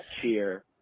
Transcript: cheer